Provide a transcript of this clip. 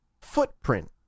footprint